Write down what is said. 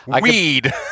Weed